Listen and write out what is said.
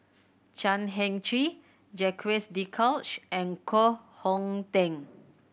Chan Heng Chee Jacques De Coutre and Koh Hong Teng